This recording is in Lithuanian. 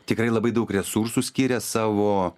tikrai labai daug resursų skiria savo